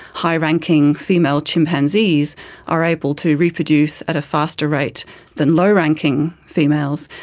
high ranking female chimpanzees are able to reproduce at a faster rate than low ranking females,